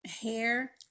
hair